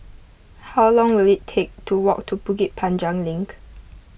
how long will it take to walk to Bukit Panjang Link